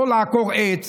לא לעקור עץ